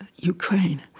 Ukraine